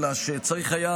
אלא שצריך היה,